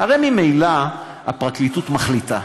הרי ממילא הפרקליטות מחליטה,